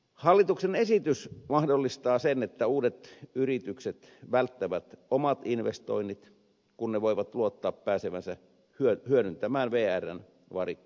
hallituksen esitys mahdollistaa sen että uudet yritykset välttävät omat investoinnit kun ne voivat luottaa pääsevänsä hyödyntämään vrn varikkoja